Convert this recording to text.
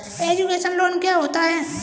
Education loan क्या होता है?